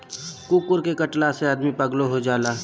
कुकूर के कटला से आदमी पागलो हो जाला